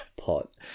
pot